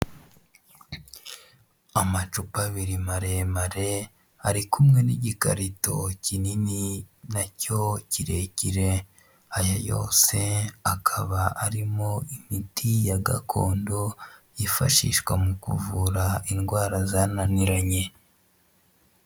Amacupa abiri maremare ari kumwe n'igikarito kinini nacyo kirekire, aya yose akaba arimo imiti ya gakondo yifashishwa mu kuvura indwara zananiranye.